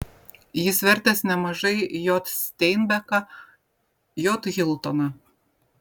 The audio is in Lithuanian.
jis vertęs nemažai j steinbeką j hiltoną